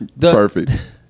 Perfect